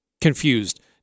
confused